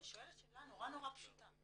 אני שואלת שאלה נורא נורא פשוטה.